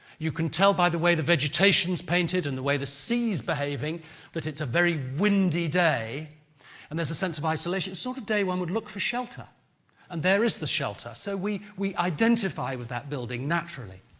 you can tell by the way the vegetation is painted and the way the sea is behaving that it's a very windy day and there's a sense of isolation. it's the sort of day one would look for shelter and there is the shelter. so, we we identify with that building naturally,